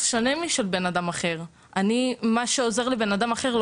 ולעובדה שמה שעוזר לאדם מסוים לרדת במשקל,